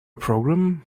program